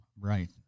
Right